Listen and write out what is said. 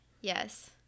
yes